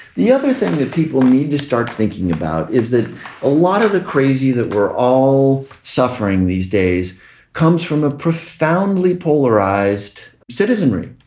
the other thing that people need to start thinking about is that a lot of the crazy that we're all suffering these days comes from a profoundly polarized citizenry.